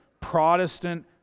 Protestant